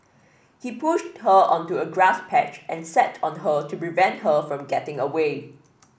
he pushed her onto a grass patch and sat on her to prevent her from getting away